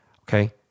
Okay